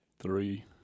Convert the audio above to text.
Three